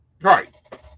Right